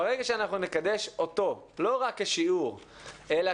ברגע שאנחנו נקדש אותו לא רק כשיעור אלא